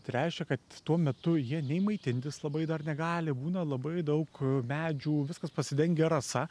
tai reiškia kad tuo metu jie nei maitintis labai dar negali būna labai daug medžių viskas pasidengę rasa